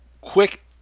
quick